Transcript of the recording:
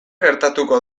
gertatuko